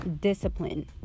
Discipline